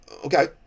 okay